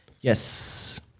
Yes